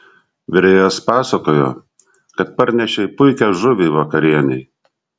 virėjas pasakojo kad parnešei puikią žuvį vakarienei